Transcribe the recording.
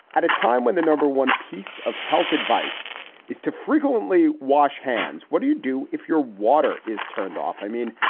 at a time when the number one piece of health advice is to frequently wash hands, what do you do if your water is turned off? i mean,